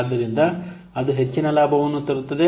ಆದ್ದರಿಂದ ಅದು ಹೆಚ್ಚಿನ ಲಾಭವನ್ನು ತರುತ್ತದೆ